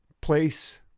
place